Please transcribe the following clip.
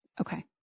Okay